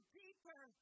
deeper